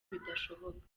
bidashoboka